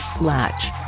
Latch